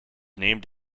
named